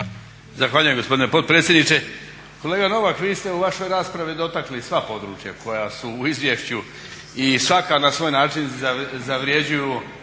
Zahvaljujem gospodine potpredsjedniče. Kolega Novak, vi ste u vašoj raspravi dotakli sva područja koja su u izvješću i svaka na svoj način zavrjeđuju